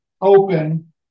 open